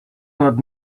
not